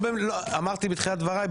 אמרתי בתחילת דבריי,